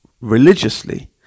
religiously